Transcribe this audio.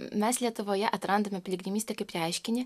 mes lietuvoje atrandame piligrimystę kaip reiškinį